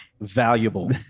valuable